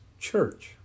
Church